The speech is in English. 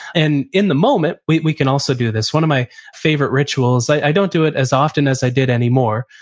and in the moment, we we can also do this. one of my favorite rituals, i don't do it as often as i do anymore,